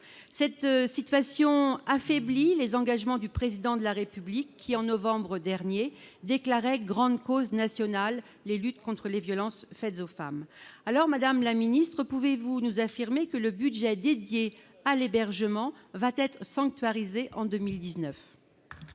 Cette situation affaiblit les engagements du Président de la République qui, en novembre dernier, déclarait grande cause nationale les luttes contre les violences faites aux femmes. Madame la secrétaire d'État, pouvez-vous nous affirmer que le budget dédié à l'hébergement va être sanctuarisé en 2019 ?